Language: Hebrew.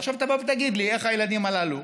עכשיו תבוא ותגיד לי איך הילדים הללו,